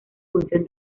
función